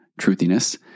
Truthiness